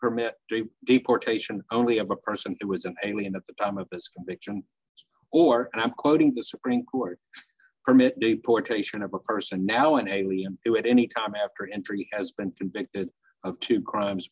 permit deportation only of a person who was an alien at the time of his conviction or i'm quoting the supreme court permit deportation of a person now an alien it any time after entry has been convicted of two crimes